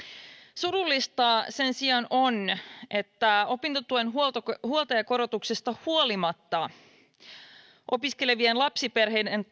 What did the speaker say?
surullista sen sijaan on että opintotuen huoltajakorotuksesta huolimatta opiskelevien lapsiperheiden